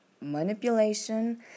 manipulation